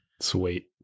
Sweet